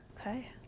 Okay